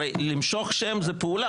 הרי למשוך שם זו פעולה.